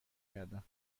کردم